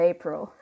April